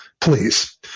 please